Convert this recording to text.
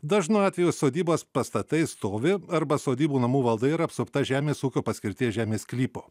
dažnu atveju sodybas pastatai stovi arba sodybų namų valda yra apsupta žemės ūkio paskirties žemės sklypo